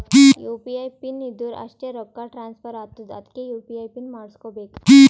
you P I PIN ಇದ್ದುರ್ ಅಷ್ಟೇ ರೊಕ್ಕಾ ಟ್ರಾನ್ಸ್ಫರ್ ಆತ್ತುದ್ ಅದ್ಕೇ ಯು.ಪಿ.ಐ ಪಿನ್ ಮಾಡುಸ್ಕೊಬೇಕ್